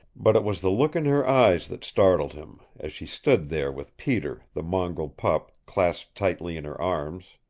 but it was the look in her eyes that startled him, as she stood there with peter, the mongrel pup, clasped tightly in her arms.